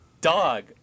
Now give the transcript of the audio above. dog